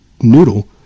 noodle